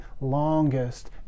longest